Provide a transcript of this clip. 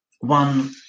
one